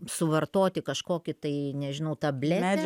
suvartoti kažkokį tai nežinau tabletę